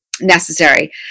necessary